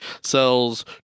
sells